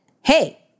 Hey